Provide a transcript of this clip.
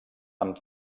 amb